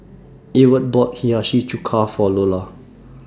Ewart bought Hiyashi Chuka For Lola